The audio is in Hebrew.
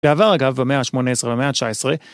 בעבר, אגב, במאה ה-18 והמאה ה-19.